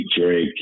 Drake